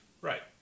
Right